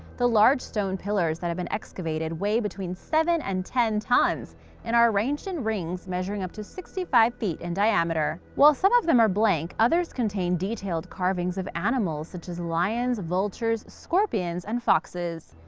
the large stone pillars that have been excavated weigh between seven and ten tons and are arranged in rings measuring up to sixty five feet in diameter. while some of them are blank, others contain detailed carvings of animals such as lions, vultures, scorpions, and foxes.